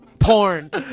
porn.